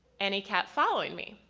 and he kept following me.